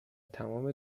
تمام